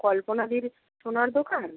কল্পনাদির সোনার দোকান